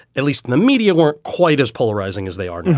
at least in the media, weren't quite as polarizing as they are.